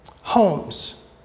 Homes